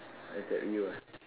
just like you ah